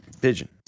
Pigeon